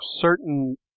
certain